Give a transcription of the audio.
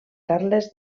carles